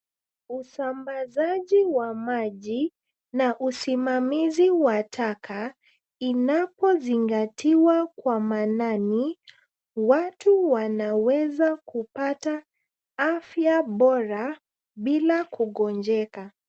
Usambazaji wa maji, na usimamizi wa taka, inapozingatia kwa maanani, watu wanaweza kupata afya bora, bila kugonjeka.